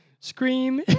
Scream